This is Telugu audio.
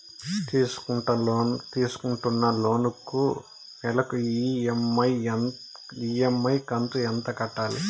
తీసుకుంటున్న లోను కు నెల ఇ.ఎం.ఐ కంతు ఎంత కట్టాలి?